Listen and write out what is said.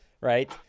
right